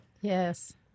Yes